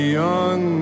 young